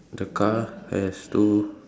the car has two